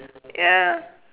ya